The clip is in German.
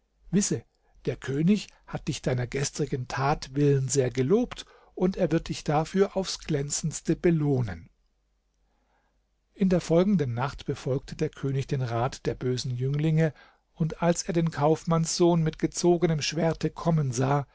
der könig hat dich deiner gestrigen tat willen sehr gelobt und er wird dich dafür aufs glänzendste belohnen in der folgenden nacht befolgte der könig den rat der bösen jünglinge und als er den kaufmannssohn mit gezogenem schwerte kommen sah